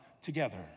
together